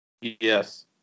Yes